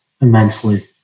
immensely